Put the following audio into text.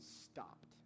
stopped